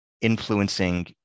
influencing